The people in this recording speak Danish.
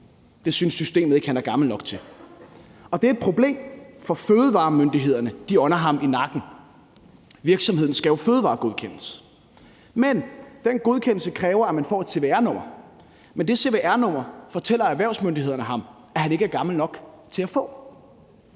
Det synes systemet ikke han er gammel nok til, og det er et problem, for fødevaremyndighederne ånder ham i nakken. Virksomheden skal jo fødevaregodkendes, men den godkendelse kræver, at man får et cvr-nummer. Men det cvr-nummer fortæller erhvervsmyndighederne ham at han ikke er gammel nok til at få.